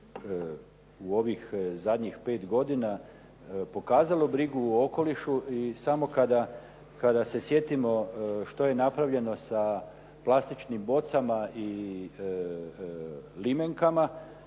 u ovih zadnjih 5 godina pokazalo brigu o okolišu i samo kada, kada se sjetimo što je napravljeno sa plastičnim bocama i limenkama,